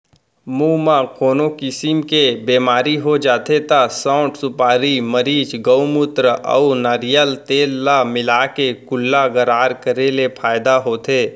मुंह म कोनो किसम के बेमारी हो जाथे त सौंठ, सुपारी, मरीच, गउमूत्र अउ नरियर तेल ल मिलाके कुल्ला गरारा करे ले फायदा होथे